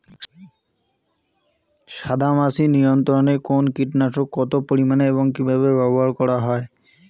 সাদামাছি নিয়ন্ত্রণে কোন কীটনাশক কত পরিমাণে এবং কীভাবে ব্যবহার করা হয়?